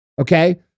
okay